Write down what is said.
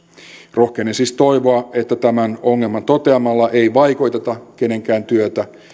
rohkenen siis toivoa että tämän ongelman toteamisella ei vaikeuteta kenenkään työtä